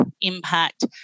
impact